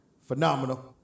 Phenomenal